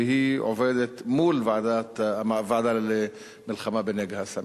והיא עובדת מול הוועדה למלחמה בנגע הסמים.